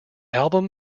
album